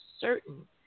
certain